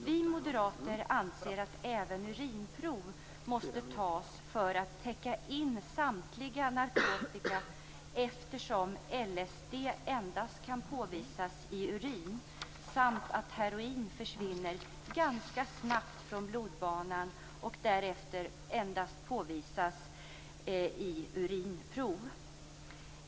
Vi moderater anser att även urinprov måste tas för att täcka in samtliga narkotikapreparat, eftersom LSD endast kan påvisas i urin samt att heroin försvinner ganska snabbt från blodbanan och därefter endast kan påvisas i urinprov.